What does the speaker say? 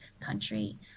country